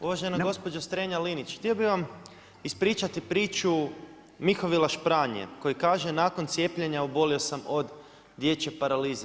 Uvažena gospođo Strenja Linić htio bih vam ispričati priču Mihovila Špranje koji kaže nakon cijepljenja obolio sam od dječje paralize.